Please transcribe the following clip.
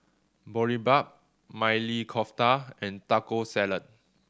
Boribap Maili Kofta and Taco Salad